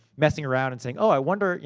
messing around and saying, oh i wonder.